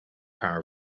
power